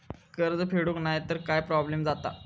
कर्ज फेडूक नाय तर काय प्रोब्लेम जाता?